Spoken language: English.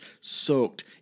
soaked